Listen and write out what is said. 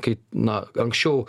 kaip na anksčiau